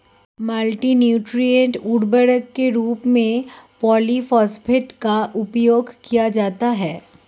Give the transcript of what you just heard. multi nutrient उर्वरक के रूप में पॉलिफॉस्फेट का उपयोग किया जाता है